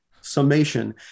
summation